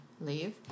leave